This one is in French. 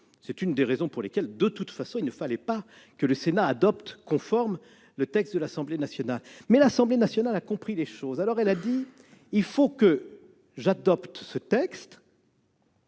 C'est une des raisons pour lesquelles, de toute façon, il ne fallait pas que le Sénat adopte conforme le texte de l'Assemblée nationale. Mais l'Assemblée nationale a compris les choses ; elle a donc dit- je restitue